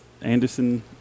Anderson